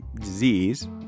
disease